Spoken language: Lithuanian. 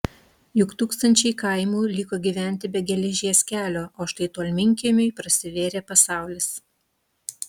juk tūkstančiai kaimų liko gyventi be geležies kelio o štai tolminkiemiui prasivėrė pasaulis